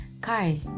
kai